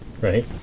right